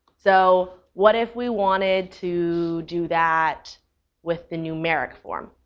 so what if we wanted to do that with the numeric form?